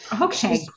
Okay